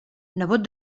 nebot